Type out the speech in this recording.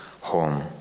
home